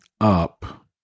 up